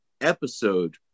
episode